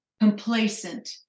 complacent